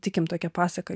tikim tokia pasaka